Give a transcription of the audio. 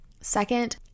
Second